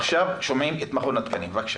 אנחנו עכשיו שומעים את מכון התקנים, בבקשה.